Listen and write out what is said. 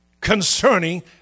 concerning